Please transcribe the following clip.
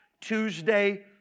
Tuesday